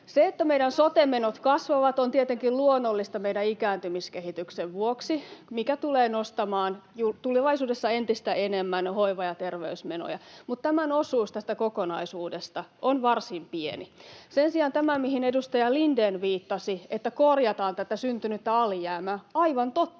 Se, että meidän sote-menot kasvavat, on tietenkin luonnollista meidän ikääntymiskehityksen vuoksi, mikä tulee nostamaan tulevaisuudessa entistä enemmän hoiva- ja terveysmenoja, mutta tämän osuus tästä kokonaisuudesta on varsin pieni. Sen sijaan mitä tulee tähän, mihin edustaja Lindén viittasi, että korjataan tätä syntynyttä alijäämää, niin aivan totta,